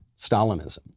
Stalinism